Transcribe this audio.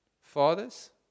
fathers